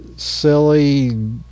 silly